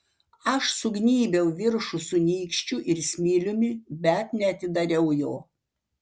aš sugnybiau viršų su nykščiu ir smiliumi bet neatidariau jo